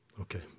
Okay